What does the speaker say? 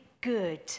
good